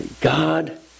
God